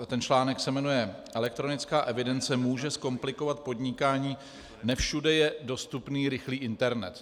Ten článek se jmenuje Elektronická evidence může zkomplikovat podnikání, ne všude je dostupný rychlý internet.